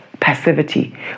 Passivity